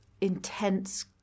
intense